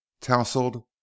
tousled